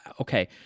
okay